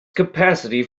capacity